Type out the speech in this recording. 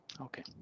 Okay